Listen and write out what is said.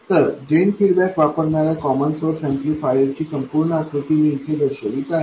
तर drain feedback वापरणाऱ्या common source amplifier ची संपूर्ण आकृती मी इथे दर्शवित आहे